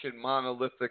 monolithic